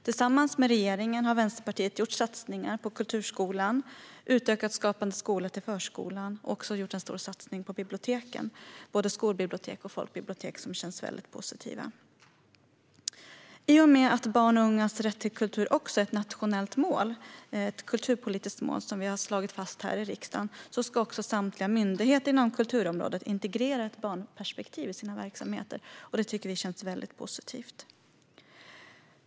Tillsammans med regeringen har Vänsterpartiet gjort satsningar på kulturskolan, utökat Skapande skola till att inkludera förskolan och gjort en stor satsning på biblioteken, både skolbibliotek och folkbibliotek, vilket känns väldigt positivt. I och med att barn och ungas rätt till kultur också är ett nationellt kulturpolitiskt mål, som vi har slagit fast här i riksdagen, ska samtliga myndigheter inom kulturområdet integrera ett barnperspektiv i sina verksamheter. Det tycker vi känns väldigt positivt.